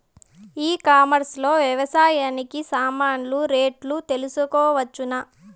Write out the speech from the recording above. ఈ కామర్స్ లో వ్యవసాయానికి సామాన్లు రేట్లు తెలుసుకోవచ్చునా?